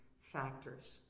factors